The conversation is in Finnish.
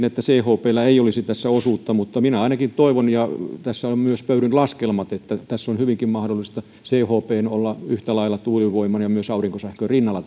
että chpllä ei olisi tässä osuutta minä ainakin toivon ja tässä on myös pöyryn laskelmat että on hyvinkin mahdollista chpn olla yhtä lailla tuulivoiman ja myös aurinkosähkön rinnalla